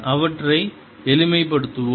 அவற்றை எளிமைப்படுத்துவோம்